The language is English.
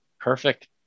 Perfect